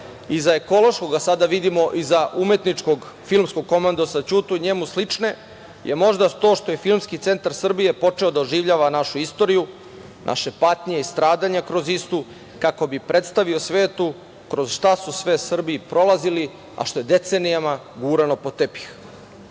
iza ekološkog, a sada vidimo iza umetničkog filmskog komandosa, Ćutu i njemu slične je možda to što je Filmski centar Srbije počeo da oživljava našu istoriju, naše patnje i stradanja kroz istu kako bi predstavio svetu kroz šta su sve Srbi prolazili, a što je decenijama gurano pod tepih. Tako